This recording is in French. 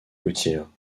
côtière